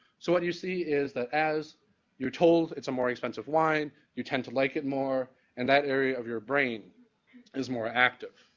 so what you see is that as you're told it's a more expensive wine, you tend to like it more and that area of your brain is more active.